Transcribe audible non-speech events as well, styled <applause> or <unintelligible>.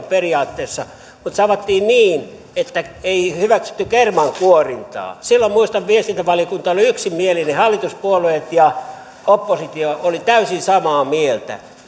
<unintelligible> periaatteessa mutta se avattiin niin että ei hyväksytty kermankuorintaa silloin muistan että viestintävaliokunta oli yksimielinen hallituspuolueet ja oppositio olivat täysin samaa mieltä